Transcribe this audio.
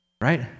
right